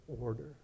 order